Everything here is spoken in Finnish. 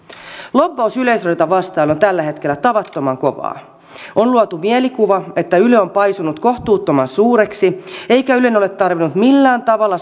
lobbaus yleisradiota vastaan on tällä hetkellä tavattoman kovaa on luotu mielikuva että yle on paisunut kohtuuttoman suureksi eikä ylen ole tarvinnut millään tavalla